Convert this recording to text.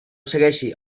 segueixi